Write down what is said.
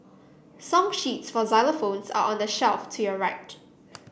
song sheets for xylophones are on the shelf to your right